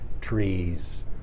trees